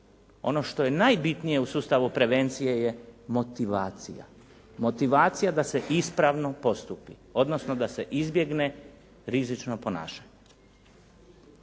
ono što je najbitnije u sustavu prevencije je motivacija. Motivacija da se ispravno postupi, odnosno da se izbjegne rizično ponašanje.